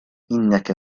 إنك